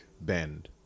bend